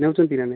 ନେଉଛନ୍ତି ନା ନାଇଁ